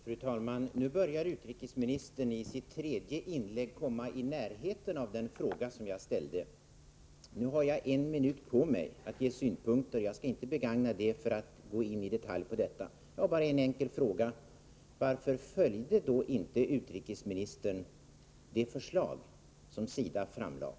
Fru talman! Nu, i sitt tredje inlägg, börjar utrikesministern komma i närheten av den fråga som jag ställt. Jag har en minut på mig att ge synpunker. Jag skall inte begagna den tiden för att i detalj gå in på dessa saker. Jag har bara en enkel fråga: Varför följde inte utrikesministern det förslag som SIDA framlade?